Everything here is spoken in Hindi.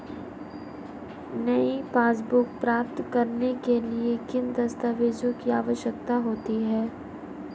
नई पासबुक प्राप्त करने के लिए किन दस्तावेज़ों की आवश्यकता होती है?